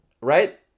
right